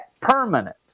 permanent